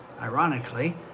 ironically